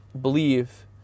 believe